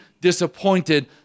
disappointed